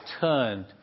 turned